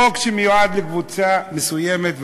חוק שמיועד לקבוצה מסוימת,